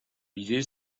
visée